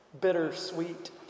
Bittersweet